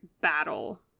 battle